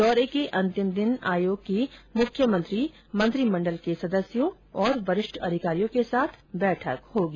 दौरे के अंतिम दिन आयोग की मुख्यमंत्री मंत्रिमंडल के सदस्यों और वरिष्ठ अधिकारियों के साथ बैठक होगी